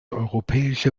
europäische